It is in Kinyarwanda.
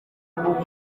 b’umwuga